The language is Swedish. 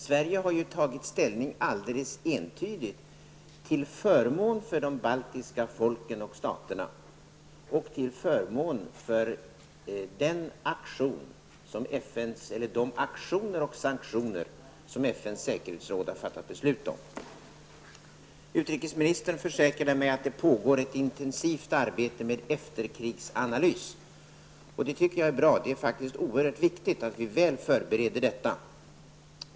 Sverige har alldeles entydigt tagit ställning till förmån för de baltiska folken och staterna och till förmån för de aktioner och sanktioner som FNs säkerhetsråd har fattat beslut om. Utrikesministern försäkrade mig att det pågår ett intensivt arbete med efterkrigsanalys. Det tycker jag är bra. Det är oerhört viktigt att vi är väl förberedda inför detta.